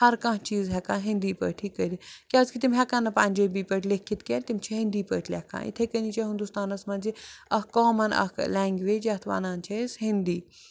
ہر کانٛہہ چیٖز ہٮ۪کان ہِندی پٲٹھی کٔرِتھ کیٛازِکہِ تِم ہٮ۪کان نہٕ پَنجٲبی پٲٹھۍ لیٚکھِتھ کیٚنٛہہ تِم چھِ ہِندی پٲٹھۍ لٮ۪کھان یِتھَے کٔنی چھِ ہِندُستانَس منٛزیہِ اَکھ کامَن اَکھ لینٛگویج یَتھ وَنان چھِ أسۍ ہِندی